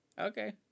okay